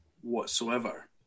whatsoever